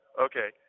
Okay